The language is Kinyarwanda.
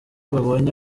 babonye